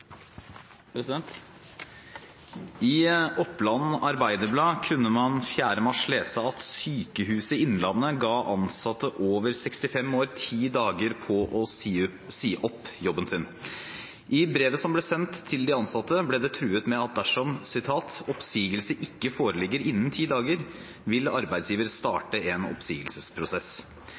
Oppland Arbeiderblad kunne man 4. mars lese at Sykehuset Innlandet ga ansatte over 65 år ti dager på å si opp jobben sin. I brevet som ble sendt til de ansatte, ble det truet med at dersom «oppsigelse ikke foreligger innen ti dager, vil arbeidsgiver starte en oppsigelsesprosess».